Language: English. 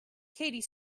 katie